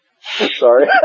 Sorry